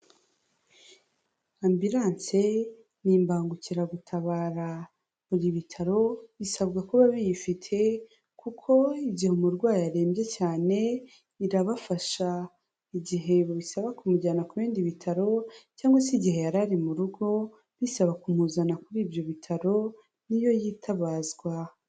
Ambiranse ni imbangukiragutabara. Buri bitaro bisabwa kuba biyifite kuko igihe umurwayi arembye cyane irabafasha. Igihe bibasaba kumujyana ku bindi bitaro cyangwa se igihe yari ari mu rugo, bisaba kumuzana kuri ibyo bitaro, ni yo yitabazwa.